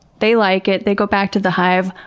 they like it, they go back to the hive,